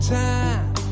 time